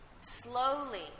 Slowly